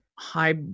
High